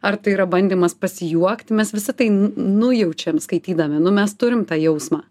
ar tai yra bandymas pasijuokti mes visi tai nujaučiam skaitydami nu mes turim tą jausmą